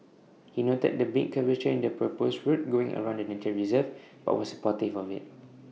he noted the big curvature in the proposed route going around the nature reserve but was supportive of IT